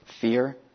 fear